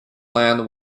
land